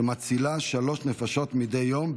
שמצילה שלוש נפשות מדי יום,